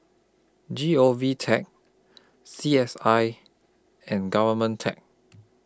G O V Tech C S I and Government Tech